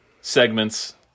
segments